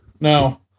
No